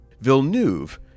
Villeneuve